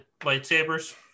lightsabers